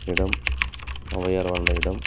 இடம் ஔவையார் வாழ்ந்த இடம்